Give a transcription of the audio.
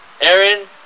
Aaron